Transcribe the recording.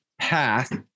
path